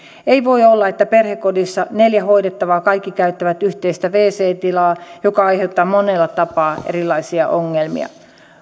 ei voi olla että perhekodissa neljä hoidettavaa kaikki käyttävät yhteistä wc tilaa joka aiheuttaa monella tapaa erilaisia ongelmia